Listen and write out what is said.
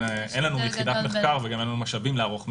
אין לנו יחידת מחקר וגם אין לנו משאבים לערוך מחקר.